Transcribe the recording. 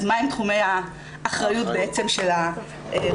אז מה הם תחומי האחריות של הרשות',